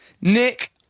Nick